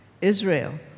Israel